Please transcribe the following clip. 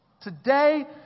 Today